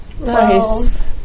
Nice